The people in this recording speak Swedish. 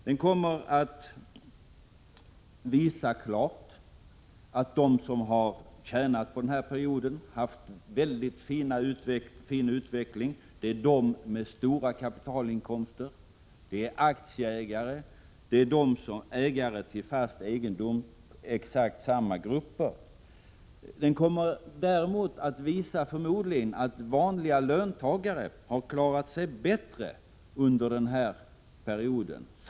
Den kommer att visa klart att de som har tjänat på den här perioden, haft en mycket fin utveckling, är de med stora kapitalinkomster, aktieägare, ägare till fast egendom — dvs. exakt samma grupper som nämns i LO-rapporten. En ny rapport kommer däremot förmodligen att visa att också vanliga löntagare har klarat sig bättre under den här perioden.